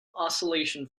oscillation